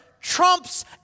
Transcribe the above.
trumps